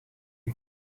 you